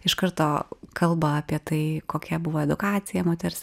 iš karto kalba apie tai kokia buvo edukacija moters